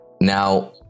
Now